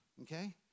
Okay